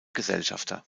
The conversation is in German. gesellschafter